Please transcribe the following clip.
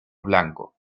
blanco